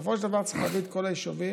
בסופו של דבר צריך להביא את כל היישובים